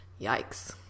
yikes